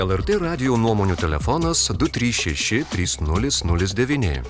lrt radijo nuomonių telefonas du trys šeši trys nulis nulis devyni